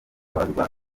abazwa